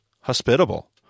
hospitable